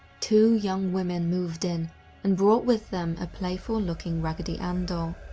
two young women moved in and brought with them a playful looking raggedy ann doll.